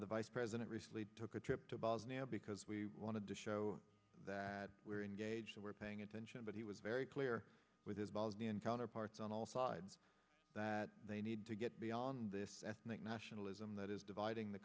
the vice president recently took a trip to bosnia because we wanted to show that we are engaged we're paying attention but he was very clear with his bosnian counterparts on all sides that they need to get beyond this ethnic nationalism that is dividing the